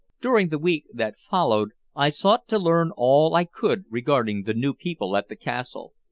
during the week that followed i sought to learn all i could regarding the new people at the castle.